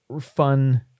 fun